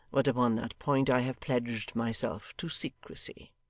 but upon that point i have pledged myself to secrecy.